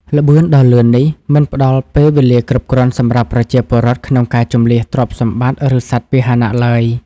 ល្បឿនដ៏លឿននេះមិនផ្ដល់ពេលវេលាគ្រប់គ្រាន់សម្រាប់ប្រជាពលរដ្ឋក្នុងការជម្លៀសទ្រព្យសម្បត្តិ ឬសត្វពាហនៈឡើយ។